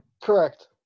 Correct